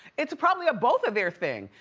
it's probably a both of their thing.